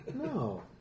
No